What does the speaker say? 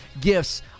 Gifts